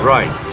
Right